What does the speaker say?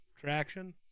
traction